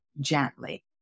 gently